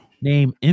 Name